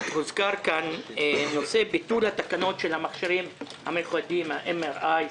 הוזכר כאן נושא ביטול התקנות של המכשירים המיוחדים ה-MRI,